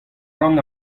ran